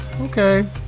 Okay